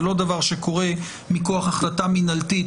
זה לא דבר שקורה מכוח החלטה מינהלתית,